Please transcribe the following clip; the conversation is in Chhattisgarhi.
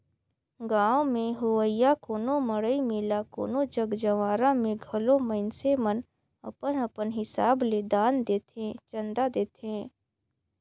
गाँव में होवइया कोनो मड़ई मेला कोनो जग जंवारा में घलो मइनसे मन अपन अपन हिसाब ले दान देथे, चंदा देथे